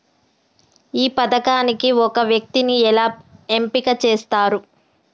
ఈ పథకానికి ఒక వ్యక్తిని ఎలా ఎంపిక చేస్తారు?